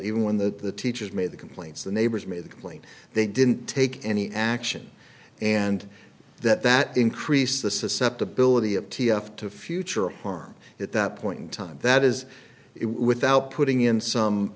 even when the teachers made the complaints the neighbors made the complaint they didn't take any action and that that increased the susceptibility of t f to future harm at that point in time that is it without putting in some